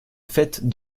faite